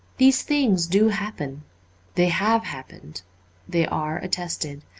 these things do happen they have happened they are attested,